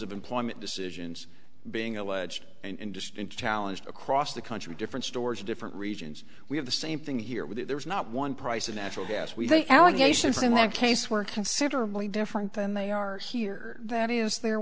of employment decisions being alleged and just in challenged across the country different stores different regions we have the same thing here with it there is not one price of natural gas we think allegations in that case were considerably different than they are here that is the